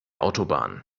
autobahn